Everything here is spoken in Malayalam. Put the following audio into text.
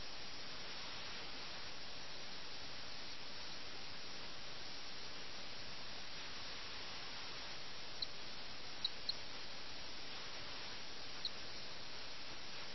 എല്ലാവരും സുഖഭോഗങ്ങളിൽ മുഴുകുമ്പോൾ സമൂഹത്തിലെ വ്യക്തികളുടെ വ്യക്തിപരമായ ഗുണങ്ങളും വ്യക്തിഗത സവിശേഷതകളും തിരിച്ചറിയാൻ ബുദ്ധിമുട്ടാണ് കാരണം എല്ലാവരും ഈ ആനന്ദത്തിന്റെയും ഇന്ദ്രിയതയുടെയും മയക്കത്തിലാണ്ട് പോയിരിക്കുന്നു